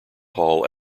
hall